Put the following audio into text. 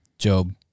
job